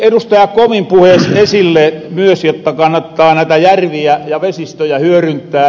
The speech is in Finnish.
komin puhees esille myös jotta kannattaa näitä järviä ja vesistöjä hyöryntää